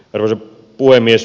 arvoisa puhemies